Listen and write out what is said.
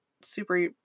super